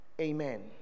amen